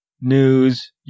news